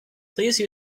please